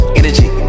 energy